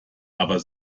aber